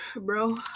bro